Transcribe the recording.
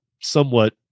somewhat